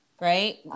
right